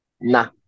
Nah